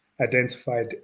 identified